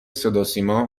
صداسیما